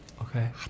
Okay